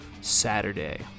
Saturday